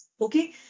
Okay